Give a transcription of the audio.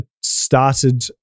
started